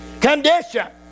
condition